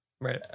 Right